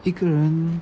一个人